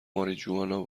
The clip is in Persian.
ماریجوانا